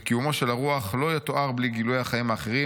וקיומו של הרוח 'לא יתואר בלי גילויי החיים האחרים,